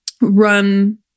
run